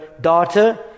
Daughter